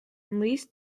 lease